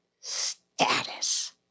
status